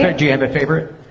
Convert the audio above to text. ah do you have a favorite?